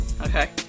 Okay